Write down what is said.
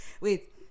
Wait